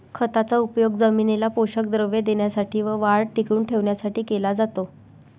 खताचा उपयोग जमिनीला पोषक द्रव्ये देण्यासाठी व वाढ टिकवून ठेवण्यासाठी केला जातो